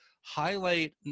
highlight